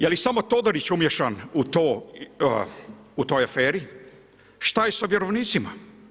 Je li samo Todorić umiješan u toj aferi, šta je sa vjerovnicima?